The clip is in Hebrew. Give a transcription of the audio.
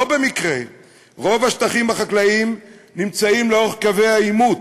לא במקרה רוב השטחים החקלאיים נמצאים לאורך קווי העימות,